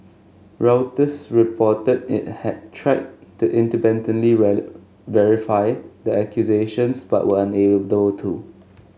reuters reported it had tried to independently value verify the accusations but were unable to